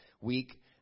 week